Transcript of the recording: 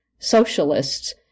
Socialists